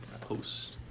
Post